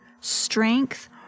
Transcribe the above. strength